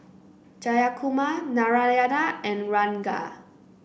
Jayakumar Narayana and Ranga